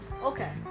Okay